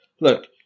look